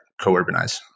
Co-Urbanize